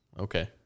Okay